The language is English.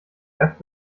left